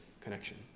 connection